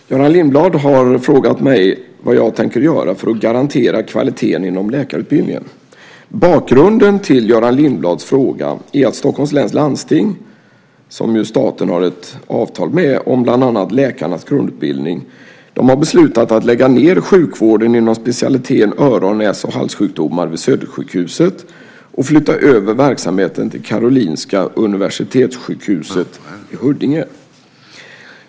Herr talman! Göran Lindblad har frågat mig vad jag tänker göra för att garantera kvaliteten inom läkarutbildningen. Bakgrunden till Göran Lindblads fråga är att Stockholms läns landsting, som ju staten har ett avtal med om bland annat läkarnas grundutbildning, har beslutat att lägga ned sjukvården inom specialiteten öron-, näs och halssjukdomar vid Södersjukhuset och flytta över verksamheten till Karolinska Universitetssjukhuset i Huddinge.